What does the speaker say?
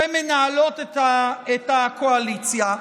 שמנהלות את הקואליציה.